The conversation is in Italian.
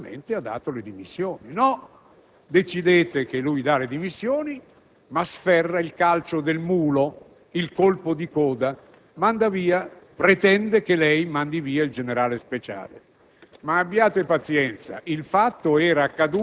perché tutti avrebbero detto: beh, vedi, dignitosamente ha data le dimissioni; invece no, decidete che lui dà le dimissioni, ma sferra il calcio del mulo, il colpo di coda, pretendendo che lei mandi via il generale Speciale.